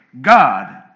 God